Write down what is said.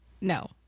no